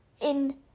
in-